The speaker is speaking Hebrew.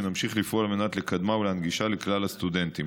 ונמשיך לפעול על מנת לקדמה ולהנגישה לכלל הסטודנטים.